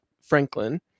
Franklin